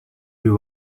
you